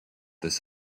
this